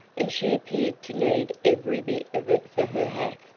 and she appeared to need every bit of it for her hat,